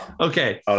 okay